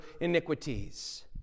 iniquities